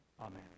Amen